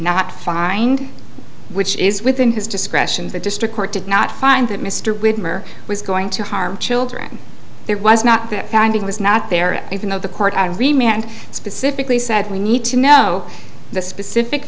not find which is within his discretion the district court did not find that mr widmer was going to harm children there was not that finding was not there even though the court i remain and specifically said we need to know the specific